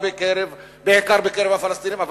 בעיקר בקרב הפלסטינים אבל,